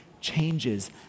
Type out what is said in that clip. changes